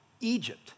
Egypt